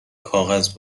کاغذ